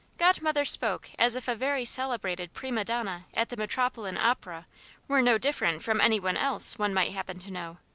godmother spoke as if a very celebrated prima donna at the metropolitan opera were no different from any one else one might happen to know.